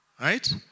Right